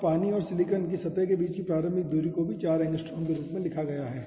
और पानी और सिलिकॉन सतह के बीच की प्रारंभिक दूरी को भी 4 ऐंग्स्ट्रॉम के रूप में रखा गया है